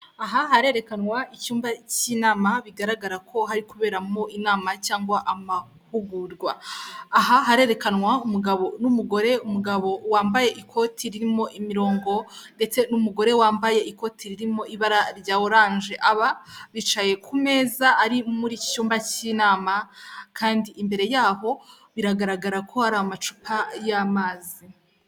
Aha harerekanwa icyumba cy'inama bigaragara ko hari kuberamo inama cyangwa amahugurwa. Aha harerekanwa umugabo n'umugore, umugabo wambaye ikoti ririmo imirongo, ndetse n'umugore wambaye ikoti ririmo ibara rya oranje. Aba bicaye ku meza ari mu cyumba cy'inama kandi imbere yabo biragaragara ko hari amacupa y'amazi.